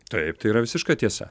taip tai yra visiška tiesa